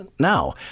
Now